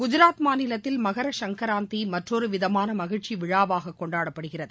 குஜராத் மாநிலத்தில் மகர சங்கராந்திமற்றொருவிதமானமகிழ்ச்சிவிழாவாககொண்டாடப்படுகிறது